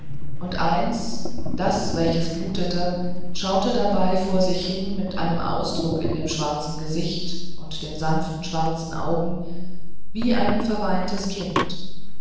und eins das welches blutete schaute dabei vor sich hin mit einem ausdruck in dem schwarzen gesicht und den sanften schwarzen augen wie ein verweintes kind